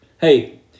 Hey